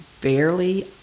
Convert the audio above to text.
barely